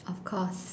of course